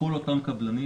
כל אותם קבלנים,